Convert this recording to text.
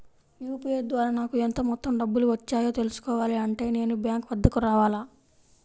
UPI ద్వారా నాకు ఎంత మొత్తం డబ్బులు వచ్చాయో తెలుసుకోవాలి అంటే నేను బ్యాంక్ వద్దకు రావాలా?